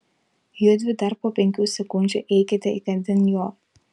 judvi dar po penkių sekundžių eikite įkandin jo